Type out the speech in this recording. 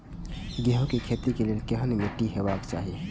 गेहूं के खेतीक लेल केहन मीट्टी हेबाक चाही?